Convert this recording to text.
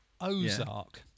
Ozark